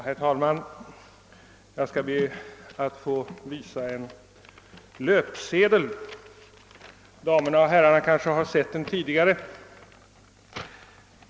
Herr talman! Jag skall be att få visa en löpsedel, som damerna och herrarna i kammaren kanske har sett tidigare.